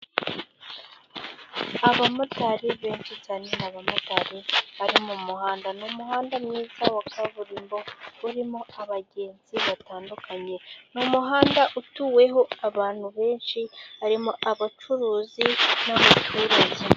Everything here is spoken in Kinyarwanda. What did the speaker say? Abamotari benshi cyane, ni abamotari bari mu muhanda. Ni umuhanda mwiza wa kaburimbo, urimo abagenzi batandukanye, ni umuhanda utuweho abantu benshi, harimo abacuruzi n'abaturage.